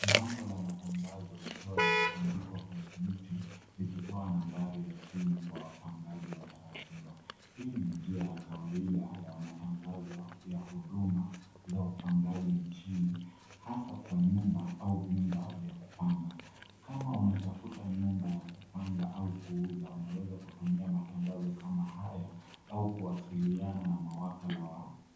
Bango la matangazo likiwa limetundikwa kwenye mti likitoa nambari ya simu kwa wapangaji watarajiwa. Hii ni njia ya kawaida ya matangazo ya huduma za upangaji nchini, hasa kwa nyumba au vyumba vya kupanga. Kama unatafuta nyumba ya kupanga au kuuza unaweza kutumia matangazo kama haya au kuwasiliana na mawaka la